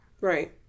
right